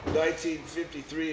1953